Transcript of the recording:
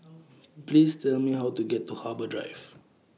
Please Tell Me How to get to Harbour Drive